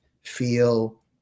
feel